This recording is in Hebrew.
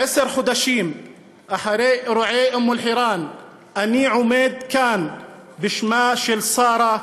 עשרה חודשים אחרי אירועי אום אל-חיראן אני עומד כאן בשמה של שרה,